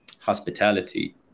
hospitality